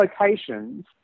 locations